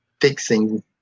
fixing